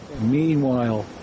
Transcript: Meanwhile